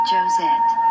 Josette